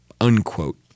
unquote